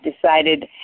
decided